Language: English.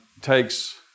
takes